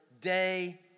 day